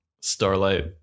starlight